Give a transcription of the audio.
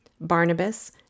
Barnabas